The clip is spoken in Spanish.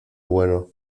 bueno